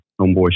homeboy